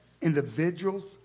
individuals